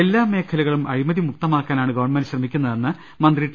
എല്ലാ മേഖലകളും അഴിമതി മുക്തമാക്കാനാണ് ഗവൺമെന്റ് ശ്രമി ക്കുന്നതെന്ന് മന്ത്രി ടി